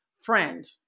friend